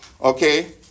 okay